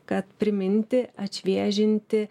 kad priminti atšviežinti